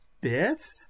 Biff